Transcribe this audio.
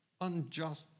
unjust